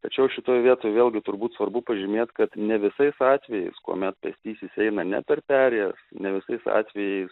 tačiau šitoj vietoj vėlgi turbūt svarbu pažymėti kad ne visais atvejais kuomet pėstysis eina ne per perėjas ne visais atvejais